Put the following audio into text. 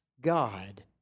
God